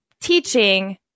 teaching